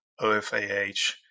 OFAH